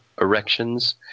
erections